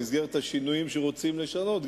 במסגרת השינויים שרוצים לשנות,